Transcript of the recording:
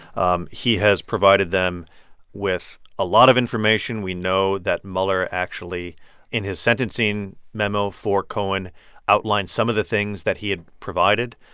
um he has provided them with a lot of information. we know that mueller actually in his sentencing memo for cohen outlines some of the things that he had provided.